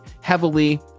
heavily